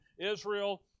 Israel